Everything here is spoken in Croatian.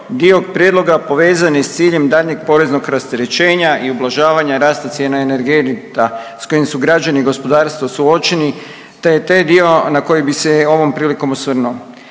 dio prijedloga povezan je s ciljem daljnjeg poreznog rasterećenja i ublažavanja rasta cijena energenata s kojim su građani i gospodarstvo suočeni, te je taj dio na koji bi se ovom prilikom osvrnuo.